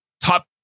top